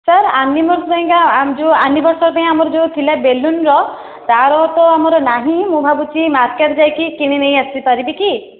sir anniversary ପାଇଁ କା ଯୋଉ ଆନିବର୍ଷରୀ ପାଇଁ ଯେଉଁ ଥିଲା ବେଲୁନର ତା'ର ତ ଆମର ନାହିଁ ମୁଁ ଭାବୁଛି ମାର୍କେଟ ଯାଇକି କିଣିନେଇ ଆସିପାରିବି କି